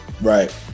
right